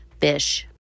fish